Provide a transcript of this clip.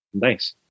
thanks